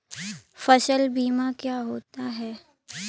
फसल बीमा क्या होता है?